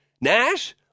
Nash